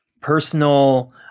personal